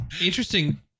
interesting